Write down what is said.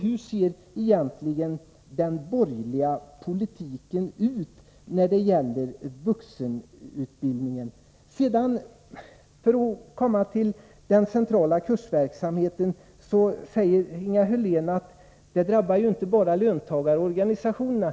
Hur ser egentligen den borgerliga politiken ut när det gäller vuxenutbildningen? Beträffande den centrala kursverksamheten säger Inga Hörlén att det inte bara drabbar löntagarorganisationerna.